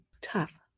tough